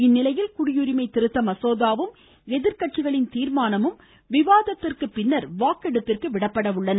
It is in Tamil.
இந்நிலையில் குடியுரிமை திருத்த மசோதாவும் எதிர்கட்சிகளின் தீர்மானமும் விவாதத்திற்குப் பின் வாக்கெடுப்பிற்கு விடப்பட உள்ளன